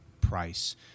price